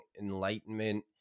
enlightenment